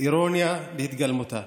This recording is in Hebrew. האירוניה בהתגלמותה.